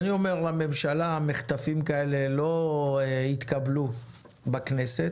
אני אומר לממשלה: מחטפים כאלה לא יתקבלו בכנסת.